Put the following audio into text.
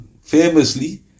famously